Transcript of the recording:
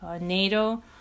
NATO